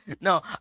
No